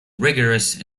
rigorous